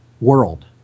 world